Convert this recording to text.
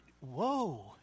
whoa